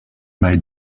may